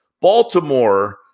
Baltimore